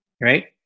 Right